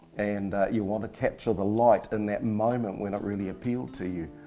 and you want to capture the light in that moment when it really appealed to you,